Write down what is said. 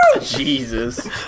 Jesus